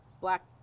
black